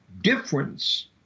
difference